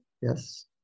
yes